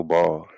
Ball